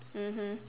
mmhmm